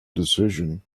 decision